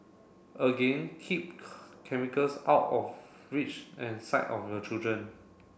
again keep chemicals out of reach and sight of your children